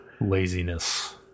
Laziness